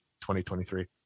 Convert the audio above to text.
2023